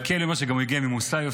מלכיאלי אומר שהוא הגיע ממוסאיוף,